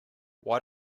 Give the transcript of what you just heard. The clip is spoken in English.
why